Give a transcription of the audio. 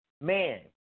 man